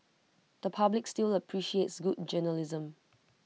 the public still the appreciates good journalism